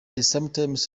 sometimes